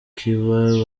ikiba